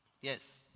Yes